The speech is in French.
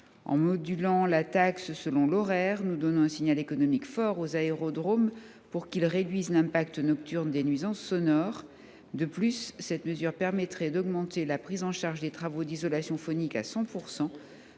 En modulant la taxe selon l’horaire, nous donnons un signal économique fort aux aérodromes pour qu’ils réduisent l’impact nocturne des nuisances sonores. De plus, cette mesure permettrait d’augmenter la prise en charge des travaux d’isolation phonique à 100 %.